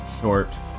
short